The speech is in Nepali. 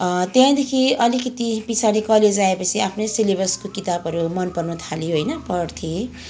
त्यहाँदेखि अलिकति पछाडि कलेज आएपछि आफ्नै सिलेबसको किताबहरू मनपर्नु थाल्यो होइन पढ्थेँ